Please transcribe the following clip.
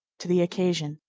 to the occasion.